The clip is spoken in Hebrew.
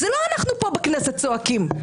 זה לא אנחנו פה בכנסת צועקים.